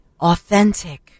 Authentic